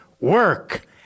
work